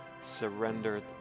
surrendered